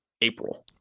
April